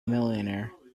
millionaire